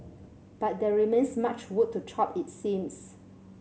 but there remains much wood to chop it seems